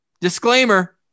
disclaimer